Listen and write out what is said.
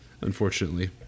unfortunately